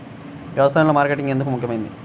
వ్యసాయంలో మార్కెటింగ్ ఎందుకు ముఖ్యమైనది?